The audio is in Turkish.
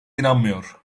inanmıyor